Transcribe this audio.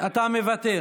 אתה מוותר.